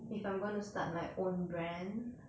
if I'm going to start my own brand